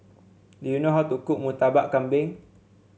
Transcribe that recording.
do you know how to cook Murtabak Kambing